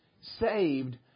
saved